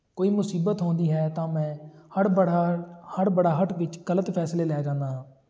ਕੋਈ ਮੁਸੀਬਤ ਆਉਂਦੀ ਹੈ ਤਾਂ ਮੈਂ ਹੜ ਬੜਾ ਹੜਬੜਾਹਟ ਵਿੱਚ ਗਲਤ ਫੈਸਲੇ ਲੈ ਜਾਂਦਾ ਹਾਂ